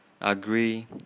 Agree